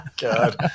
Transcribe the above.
God